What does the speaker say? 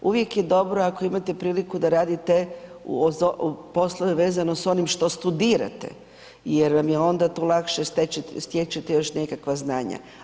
Uvijek je dobro ako imate priliku da radite poslove vezano s onim što studirate jer vam je onda tu lakše stječete još nekakva znanja.